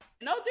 no